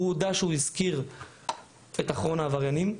הוא הודה שהוא הזכיר את אחרון העבריינים.